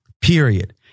Period